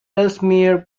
ellesmere